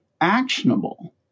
actionable